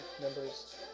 members